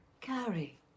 carrie